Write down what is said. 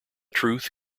truth